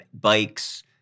bikes